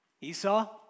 Esau